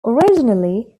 originally